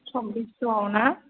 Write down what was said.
सब्बिस्स' ना